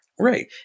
Right